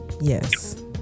Yes